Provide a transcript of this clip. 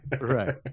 Right